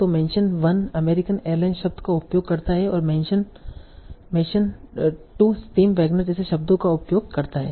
तो मेंशन 1 अमेरिकी एयरलाइंस शब्द का उपयोग करता है और मेंशन 2 टिम वैगनर जैसे शब्दों का उपयोग करता है